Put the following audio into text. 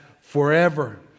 forever